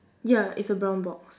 ya it's a brown box